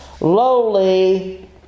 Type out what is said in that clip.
lowly